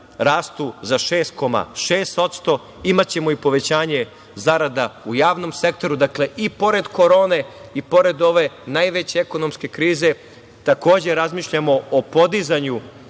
rastu za 6,6%. Imaćemo i povećanje zarada u javnom sektoru. Dakle, i pored korone i pored ove najveće ekonomske krize takođe razmišljamo o podizanju